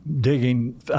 digging